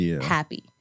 happy